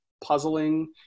puzzling